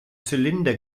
zylinder